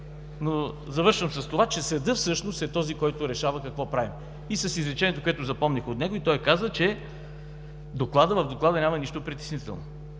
Завършвам с това, че съдът всъщност е този, който решава какво правим. Изречението, което запомних от него, е, че в Доклада няма нищо притеснително.